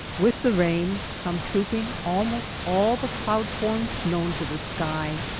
with the rain come trooping almost all the cloud-forms known to the sky.